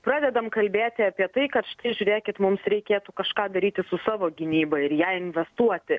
pradedam kalbėti apie tai kad štai žiūrėkit mums reikėtų kažką daryti su savo gynyba ir jai investuoti